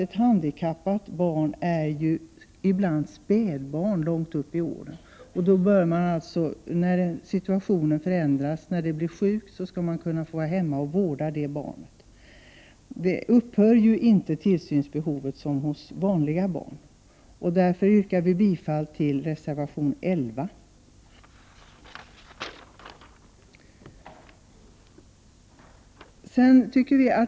Ett handikappat barn är ibland som ett spädbarn långt upp i åren, och när situationen förändras, när barnet blir sjukt, skall en förälder få vara hemma och vårda barnet. Tillsynsbehovet upphör inte på samma sätt som hos vanliga barn. Därför yrkar jag bifall till reservation 11.